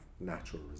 natural